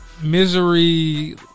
Misery